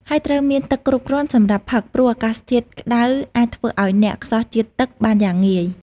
ហើយត្រូវមានទឹកគ្រប់គ្រាន់សម្រាប់ផឹក ព្រោះអាកាសធាតុក្ដៅអាចធ្វើឲ្យអ្នកខ្សោះជាតិទឹកបានយ៉ាងងាយ។